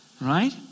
right